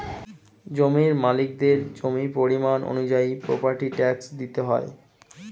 জমির মালিকদের জমির পরিমাণ অনুযায়ী প্রপার্টি ট্যাক্স দিতে হয়